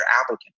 applicant